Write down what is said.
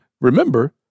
Remember